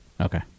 Okay